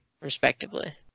Respectively